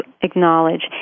acknowledge